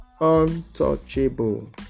untouchable